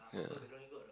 yeah